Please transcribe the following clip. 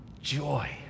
joy